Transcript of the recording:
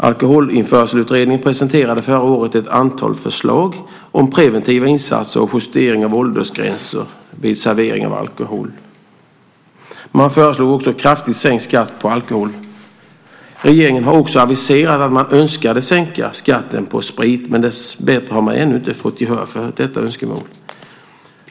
Alkoholinförselutredningen presenterade förra året ett antal förslag om preventiva insatser och justeringar av åldersgränser vid servering av alkohol. Man föreslog också kraftigt sänkt skatt på alkohol. Regeringen har även aviserat att man önskat sänka skatten på sprit. Dessbättre har man ännu inte fått gehör för detta önskemål.